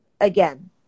again